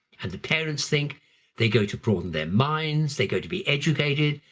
and the parents think they go to broaden their minds. they go to be educated.